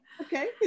Okay